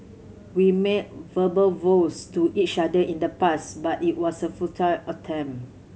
we made verbal vows to each other in the past but it was a futile attempt